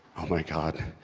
oh my god.